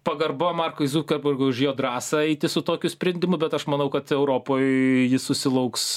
pagarba markui zukerbergui už jo drąsą eiti su tokiu sprendimu bet aš manau kad europoj jis susilauks